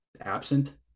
absent